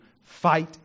fight